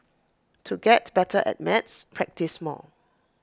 to get better at maths practise more